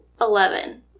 eleven